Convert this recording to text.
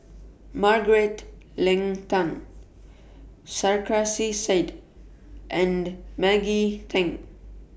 Margaret Leng Tan Sarkasi Said and Maggie Teng